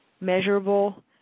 measurable